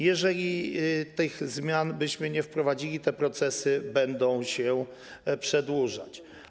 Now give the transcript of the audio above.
Jeżeli tych zmian byśmy nie wprowadzili, te procesy będą się przedłużać.